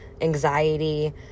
anxiety